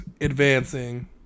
advancing